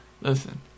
Listen